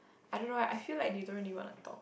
I don't know eh I feel like you don't really want to talk